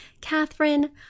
Catherine